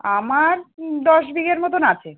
আমার দশ বিঘের মতন আছে